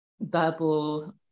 verbal